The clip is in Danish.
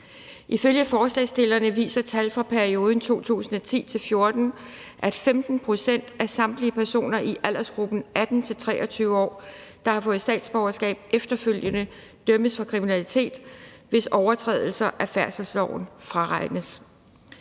Ifølge forslagsstillerne viser tal fra perioden 2010-2014, at 15 pct. af samtlige personer i aldersgruppen 18-23 år, der har fået statsborgerskab, efterfølgende dømmes for kriminalitet, hvis overtrædelser af færdselsloven fraregnes.